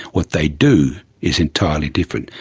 what they do is entirely different.